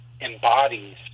embodies